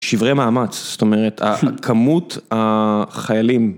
שברי מאמץ, זאת אומרת, כמות החיילים.